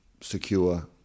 secure